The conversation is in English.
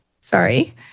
sorry